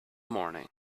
morning